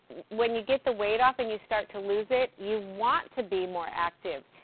when you get the weight off and you start to lose it, you want to be more active,